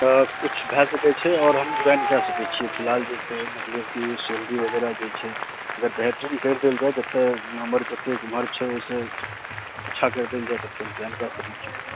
तऽ कुछ भऽ सकै छै बुझियौ कि सैलरी वगैरह जे छै जे अच्छा कऽ देल जाय तऽ जॉइन कयल जा सकै छै